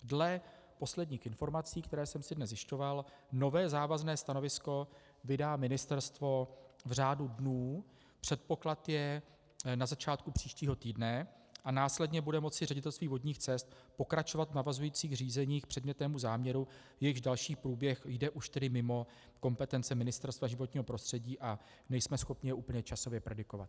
Dle posledních informací, které jsem si dnes zjišťoval, nové závazné stanovisko vydá ministerstvo v řádu dnů, předpoklad je na začátku příštího týdne, a následně bude moci Ředitelství vodních cest pokračovat v navazujících řízeních k předmětnému záměru, jejichž další průběh jde už tedy mimo kompetence Ministerstva životního prostředí a nejsme schopni ho úplně časově predikovat.